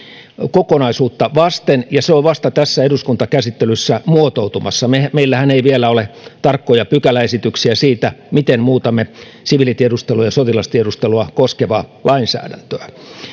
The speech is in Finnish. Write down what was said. kokonaisuutta vasten ja se on vasta tässä eduskuntakäsittelyssä muotoutumassa meillähän ei vielä ole tarkkoja pykäläesityksiä siitä miten muutamme siviilitiedustelua ja sotilastiedustelua koskevaa lainsäädäntöä